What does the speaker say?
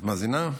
מאזינה?